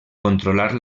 controlar